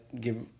give